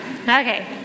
Okay